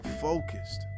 focused